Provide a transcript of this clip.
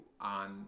on